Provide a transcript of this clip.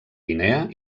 guinea